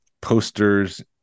posters